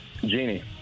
Genie